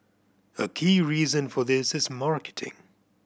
a key reason for this is marketing